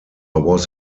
was